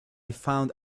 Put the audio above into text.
found